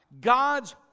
God's